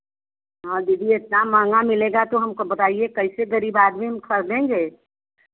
हाँ दीदी इतना महँगा मिलेगा तो हमको बताइए कैसे गरीब आदमी हम खरदेंगे